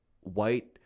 white